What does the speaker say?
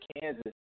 Kansas